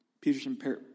Peterson